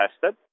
tested